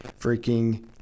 freaking